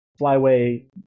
flyway